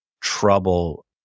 trouble